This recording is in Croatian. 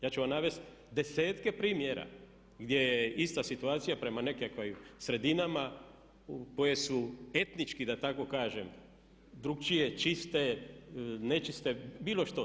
Ja ću vam navesti desetke primjera gdje je ista situacija prema nekakvim sredinama koje su etnički da tako kažem drukčije, čiste, nečiste, bilo što.